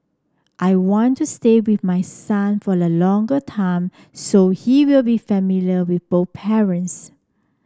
I want to stay with my son for a longer time so he will be familiar with both parents